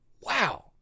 Wow